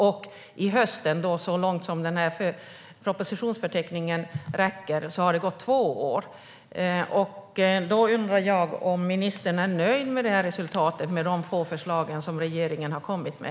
Till hösten, så långt som propositionsförteckningen räcker, har det gått två år. Jag undrar om ministern är nöjd med resultatet - de få förslag som regeringen har kommit med?